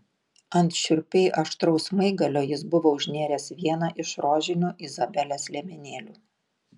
ant šiurpiai aštraus smaigalio jis buvo užnėręs vieną iš rožinių izabelės liemenėlių